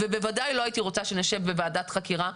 ובוודאי לא הייתי רוצה שנשב בוועדת חקירה,